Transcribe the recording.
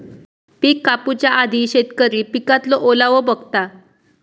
पिक कापूच्या आधी शेतकरी पिकातलो ओलावो बघता